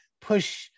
push